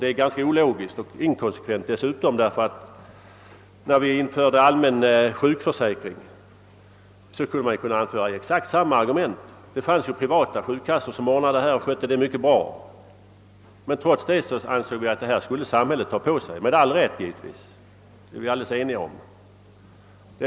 Det är ett ologiskt och inkonsekvent resonemang, ty när den allmänna sjukförsäkringen infördes kunde exakt samma argument ha åberopats. Det fanns ju då privata sjukkassor som skötte denna verksamhet mycket bra, men trots det ansåg vi att samhället — med all rätt givetvis — borde ta på sig detta. Vi var alldeles eniga. den gången.